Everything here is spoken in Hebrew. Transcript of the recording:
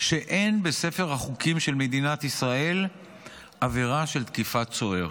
שאין בספר החוקים של מדינת ישראל עבירה של תקיפת סוהר.